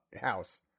house